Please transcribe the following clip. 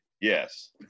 yes